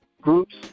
groups